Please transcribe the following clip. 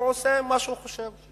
הוא עושה מה שהוא חושב,